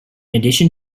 addition